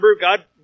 God